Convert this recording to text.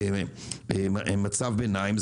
כמצב ביניים,